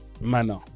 manner